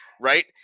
right